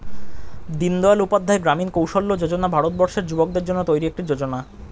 দিনদয়াল উপাধ্যায় গ্রামীণ কৌশল্য যোজনা ভারতবর্ষের যুবকদের জন্য তৈরি একটি যোজনা